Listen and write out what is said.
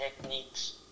techniques